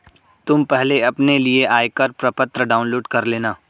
तुम पहले अपने लिए आयकर प्रपत्र डाउनलोड कर लेना